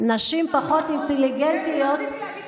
אני מקשיבה לכל מילה.